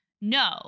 no